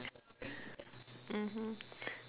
mmhmm